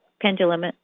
pendulum